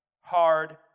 hard